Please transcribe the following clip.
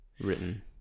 written